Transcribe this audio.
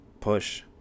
push